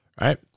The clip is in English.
right